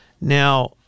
Now